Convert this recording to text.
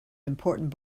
important